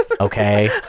Okay